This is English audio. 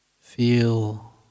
feel